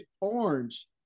Orange